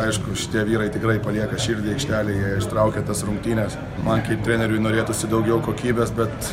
aišku šitie vyrai tikrai palieka širdį aikštelėje ištraukia tas rungtynes man kaip treneriui norėtųsi daugiau kokybės bet